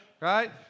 right